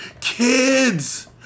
kids